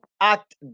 act